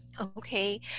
Okay